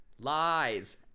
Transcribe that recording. lies